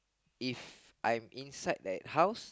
if I'm inside that house